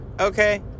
Okay